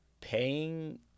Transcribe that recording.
paying